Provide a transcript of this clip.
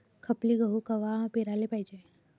खपली गहू कवा पेराले पायजे?